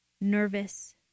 nervous